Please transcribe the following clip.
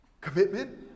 commitment